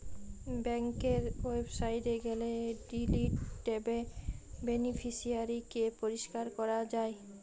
বেংকের ওয়েবসাইটে গেলে ডিলিট ট্যাবে বেনিফিশিয়ারি কে পরিষ্কার করা যায়